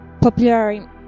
popular